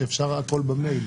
שאפשר הכול במייל,